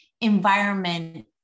environment